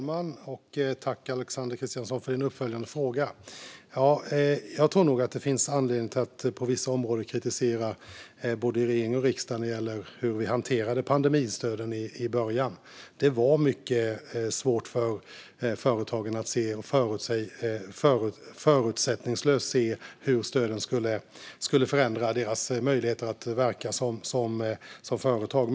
Fru talman! Tack, Alexander Christiansson, för din uppföljande fråga! Jag tror nog att det finns anledning att på vissa områden kritisera både regering och riksdag när det gäller hur vi hanterade pandemistöden i början. Det var mycket svårt för företagen att förutsättningslöst se hur stöden skulle förändra deras möjligheter att verka som företag.